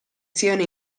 siano